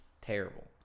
terrible